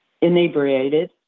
inebriated